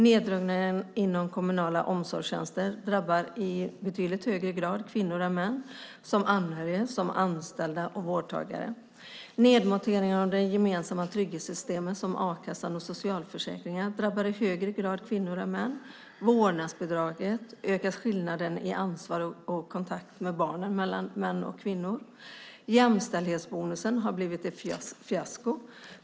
Neddragningar inom kommunala omsorgstjänster drabbar i betydligt högre grad kvinnor än män - som anhöriga, som anställda och som vårdtagare. Nedmonteringen av de gemensamma trygghetssystemen, som a-kassan och socialförsäkringen, drabbar i högre grad kvinnor än män. Med vårdnadsbidraget ökas skillnaden i ansvar och kontakt med barnen mellan män och kvinnor. Jämställdhetsbonusen har blivit ett fiasko.